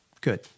good